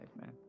Man